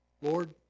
Lord